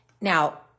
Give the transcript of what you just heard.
Now